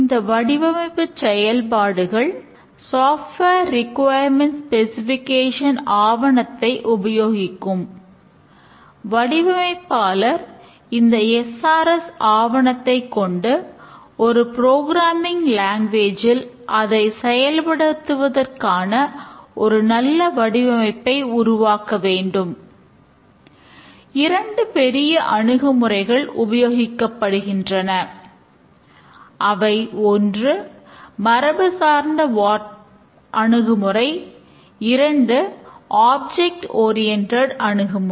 இந்த வடிவமைபுச் செயல்பாடுகள் சாஃப்ட்வேர் ரிட்டயர்மெனண்ட் ஸ்பெசிஃபிகேஷன் அணுகுமுறை